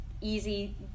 easy